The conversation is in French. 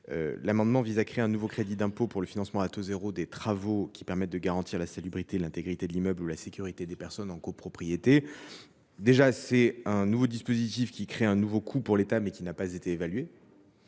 L’amendement n° 19 vise à créer un nouveau crédit d’impôt pour le financement à taux zéro des travaux permettant de garantir la salubrité, l’intégrité de l’immeuble ou la sécurité des personnes vivant en copropriété. Un tel dispositif crée un nouveau coût pour l’État. Or il n’a pas été évalué.